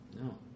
No